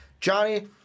Johnny